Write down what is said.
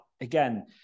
again